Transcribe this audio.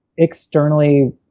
externally